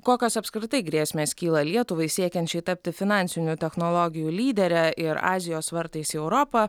kokios apskritai grėsmės kyla lietuvai siekiančiai tapti finansinių technologijų lydere ir azijos vartais į europą